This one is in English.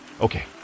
Okay